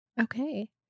Okay